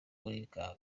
barikanga